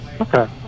Okay